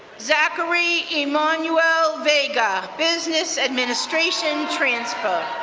zachary emanuel vega, business administration transfer.